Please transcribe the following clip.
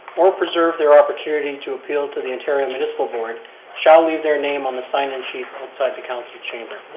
or preserve their opportunity to appeal to the ontario municipal board shall leave their name on the sign in sheets outside the council chamber.